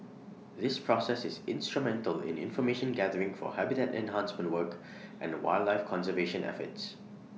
this process is instrumental in information gathering for habitat enhancement work and wildlife conservation efforts